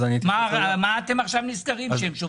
מה אתם עכשיו נזכרים כשהם שובתים?